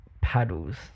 paddles